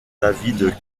david